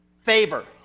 favor